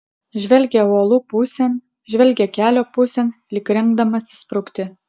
žvelgia uolų pusėn žvelgia kelio pusėn lyg rengdamasis sprukti